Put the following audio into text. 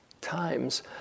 times